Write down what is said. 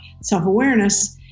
self-awareness